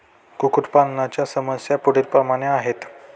कुक्कुटपालनाच्या समस्या पुढीलप्रमाणे आहेत